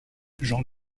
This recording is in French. jean